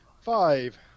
Five